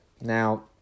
Now